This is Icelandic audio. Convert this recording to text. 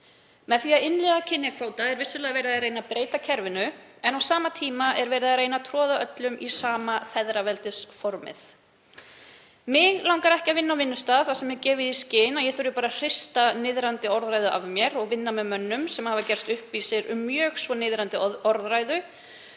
Með því að innleiða kynjakvóta er vissulega verið að reyna að breyta kerfinu en á sama tíma er verið að reyna að troða öllum í sama feðraveldisformið. Mig langar ekki að vinna á vinnustað þar sem gefið er í skyn að ég þurfi bara að hrista niðrandi orðræðu af mér og vinna með mönnum sem hafa gerst uppvísir um mjög svo niðrandi orðræðu